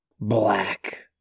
Black